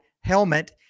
helmet